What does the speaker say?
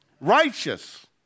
Righteous